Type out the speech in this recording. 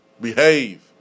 Behave